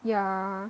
yeah